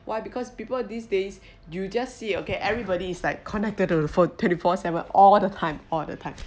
why because people these days you just see okay everybody is like connected to the phone twenty four seven all the time all the time